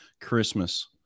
Christmas